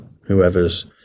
whoever's